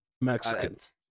Mexicans